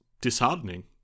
disheartening